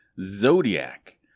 Zodiac